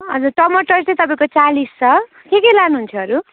अन्त टमाटर चाहिँ तपाईँको चालिस छ के के लानुहुन्छ अरू